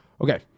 Okay